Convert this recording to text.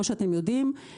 כמו שאתם יודעים,